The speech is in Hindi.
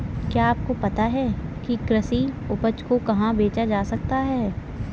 क्या आपको पता है कि कृषि उपज को कहाँ बेचा जा सकता है?